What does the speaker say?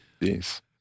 Yes